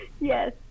Yes